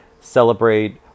celebrate